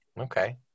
Okay